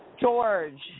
George